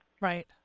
Right